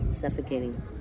Suffocating